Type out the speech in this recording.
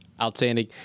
outstanding